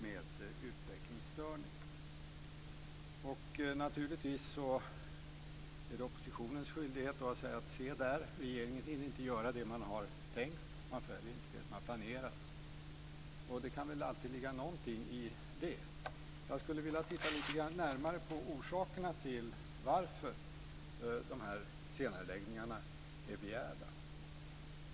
Det är naturligtvis oppositionspartiernas skyldighet att då säga "se där, regeringen hinner inte göra det man har tänkt och följer inte det som har planerats". Det kan alltid ligga någonting i det. Jag skulle vilja titta lite närmare på orsakerna till att de här senareläggningarna är begärda.